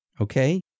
Okay